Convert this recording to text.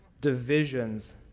Divisions